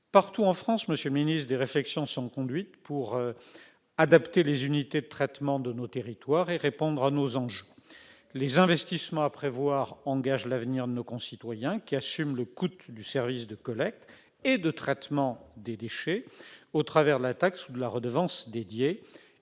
Partout en France, monsieur le secrétaire d'État, des réflexions sont conduites pour adapter les unités de traitement de nos territoires et répondre à nos enjeux. Les investissements à prévoir engagent l'avenir de nos concitoyens qui assument le coût du service de collecte et de traitement des déchets au travers de la taxe ou de la redevance dédiée.